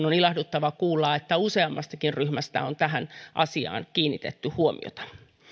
on ilahduttavaa kuulla että useammastakin ryhmästä on tähän asiaan kiinnitetty huomiota